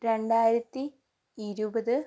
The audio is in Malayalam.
രണ്ടായിരത്തി ഇരുപത്